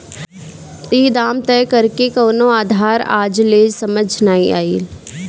ई दाम तय करेके कवनो आधार आज ले समझ नाइ आइल